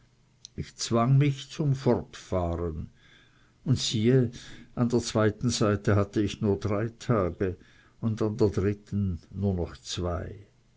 ich zwang mich zum fortfahren und siehe an der zweiten seite hatte ich nur drei tage und an der dritten nur noch zwei